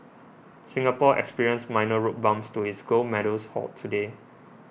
Singapore experienced minor road bumps to its gold medals haul today